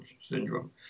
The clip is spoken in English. syndrome